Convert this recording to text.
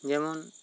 ᱡᱮᱢᱚᱱ